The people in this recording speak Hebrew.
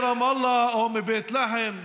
מרמאללה או מבית לחם,